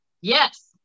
yes